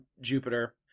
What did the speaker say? Jupiter